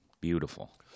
Beautiful